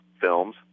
films